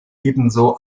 ebenso